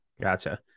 Gotcha